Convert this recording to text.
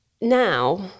now